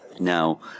Now